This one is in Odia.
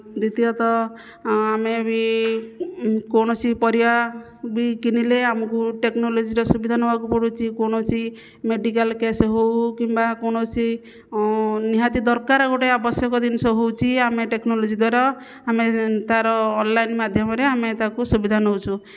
ଦ୍ଵିତୀୟତଃ ଆମେ ବି କୌଣସି ପରିବା ବି କିଣିଲେ ଆମକୁ ଟେକ୍ନୋଲୋଜିର ସୁବିଧା ନେବାକୁ ପଡ଼ୁଛି କୌଣସି ମେଡିକାଲ କେସ୍ ହେଉ କିମ୍ବା କୌଣସି ନିହାତି ଦରକାର ଗୋଟିଏ ଆବଶ୍ୟକ ଜିନିଷ ହେଉଛି ଆମେ ଟେକ୍ନୋଲୋଜି ଦ୍ଵାରା ଆମେ ତା'ର ଅନଲାଇନ୍ ମାଧ୍ୟମରେ ଆମେ ତାକୁ ସୁବିଧା ନେଉଛୁ